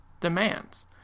demands